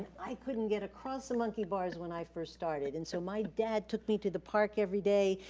i couldn't get across the monkey bars when i first started, and so my dad took me to the park every day.